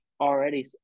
already